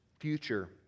future